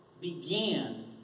began